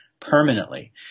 permanently